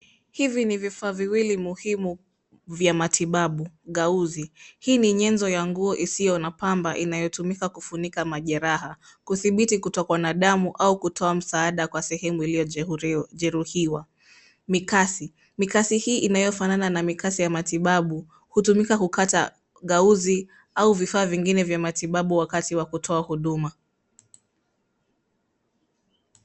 Hivi ni vifaa viwili muhimu vya matibabu; Gauze hii ni nyenzo ya nguo isiyo na pamba inayotumika kufunika majeraha, kuthibiti kutokwa na damu au kutoa msaada kwa sehemu iliyojeruhiwa. Mikasi; mikasi hii inayofanana na mikasi ya matibabu hutumika kukata Gauze au vifaa vingine vya matibabu wakati wa kutoa huduma.